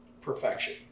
perfection